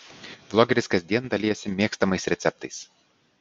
vlogeris kasdien dalijasi mėgstamais receptais